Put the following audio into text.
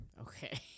Okay